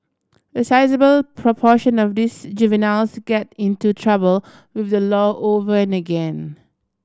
a sizeable proportion of these juveniles get into trouble with the law over and again